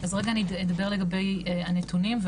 אז רגע אני אדבר לגבי הנתונים,